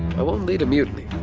i won't lead a mutiny.